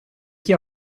chi